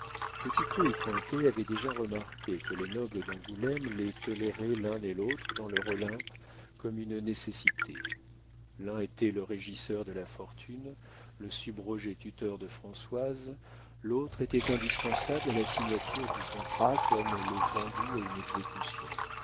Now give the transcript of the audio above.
et cointet avaient déjà remarqué que les nobles d'angoulême les toléraient l'un et l'autre dans leur olympe comme une nécessité l'un était le régisseur de la fortune le subrogé-tuteur de françoise l'autre était indispensable à la signature du contrat comme le pendu à une exécution